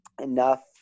enough